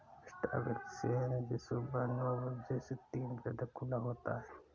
stock exchange सुबह नो बजे से तीन बजे तक खुला होता है